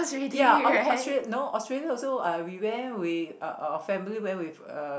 ya aust~ no Australia also uh we went with our our families went with uh